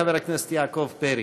חבר הכנסת יעקב פרי.